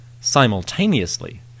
Simultaneously